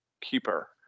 keeper